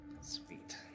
Sweet